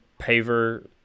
paver